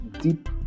deep